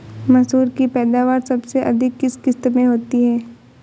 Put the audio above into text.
मसूर की पैदावार सबसे अधिक किस किश्त में होती है?